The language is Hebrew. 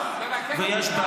תתבייש לך.